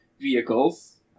vehicles